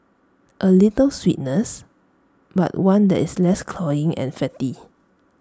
A little sweetness but one that is less cloying and fatty